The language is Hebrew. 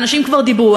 אנשים כבר דיברו.